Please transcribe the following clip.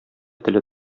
теле